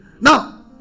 Now